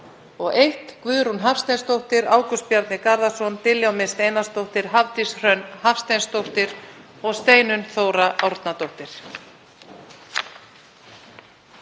rita: Guðrún Hafsteinsdóttir, Ágúst Bjarni Garðarsson, Diljá Mist Einarsdóttir, Hafdís Hrönn Hafsteinsdóttir og Steinunn Þóra Árnadóttir.